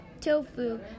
tofu